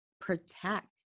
protect